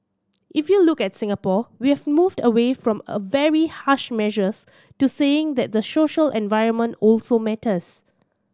if you look at Singapore we have moved away from a very harsh measures to saying that the social environment also matters